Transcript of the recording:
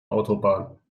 autobahn